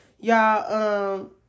Y'all